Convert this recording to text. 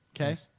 Okay